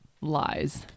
Lies